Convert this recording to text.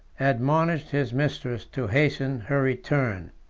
admonished his mistress to hasten her return.